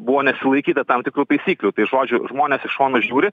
buvo nesilaikyta tam tikrų taisyklių žodžiu žmonės iš šono žiūri